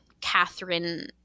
Catherine